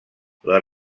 les